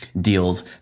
deals